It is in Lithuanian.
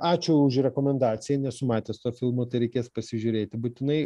ačiū už rekomendaciją nesu matęs to filmo tai reikės pasižiūrėti būtinai